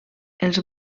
els